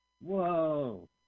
Whoa